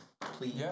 Please